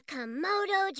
Komodo